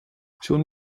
schon